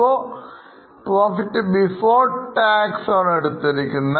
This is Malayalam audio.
ഇപ്പോൾ പ്രോഫിറ്റ് ബിഫോർ tax സംഖ്യകളാണ്